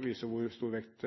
viser hvor stor vekt